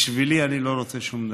בשבילי אני לא רוצה שום דבר.